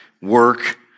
work